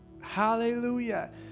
Hallelujah